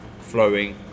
flowing